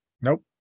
Nope